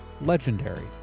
legendary